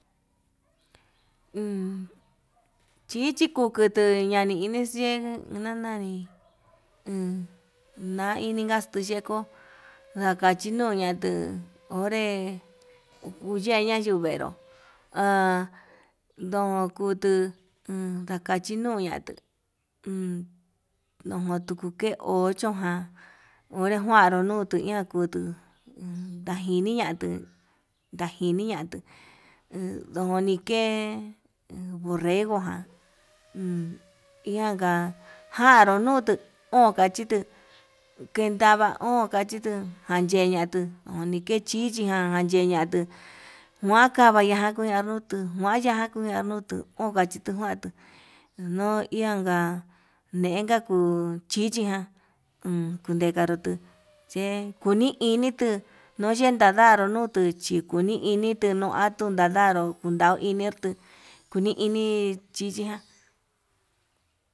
Uu chichikutu ndani niniye inanani uun, na ininga tun yeko ndakachi ndoña tuu onre uñenga yuu venró ha ndonkutu takachi ño'o ñatuu ndojon tuku ke ochonján, onrejuaru ñoa kutu ndajiniñatu ndajiniñatu ndojo nike borrego jan ianja njaru nutuu o'on kachitu kendava o'on kachitu janyeñatu oni kechichijan anyeñatu kuan vakaña kuñañutu juanya kuña ñutuu, onka chituu njuantu nuu ianka nenka kuu uu chichijan, uun kundekarutu che kuni inituu noye nadanru nutuu chikuni initu nuatu nadaró ndau initu kuni ini chichiján.